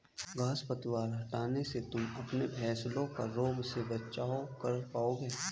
घांस पतवार हटाने से तुम अपने फसलों का रोगों से बचाव कर पाओगे